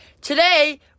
Today